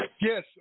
Yes